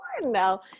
No